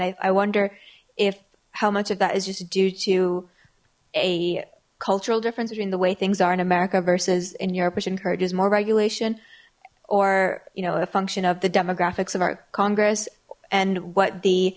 and i wonder if how much of that is just due to a cultural difference between the way things are in america versus in europe which encourages more regulation or you know a function of the demographics of our congress and what the